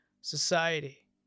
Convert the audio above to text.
society